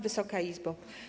Wysoka Izbo!